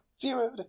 Zero